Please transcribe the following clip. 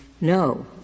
No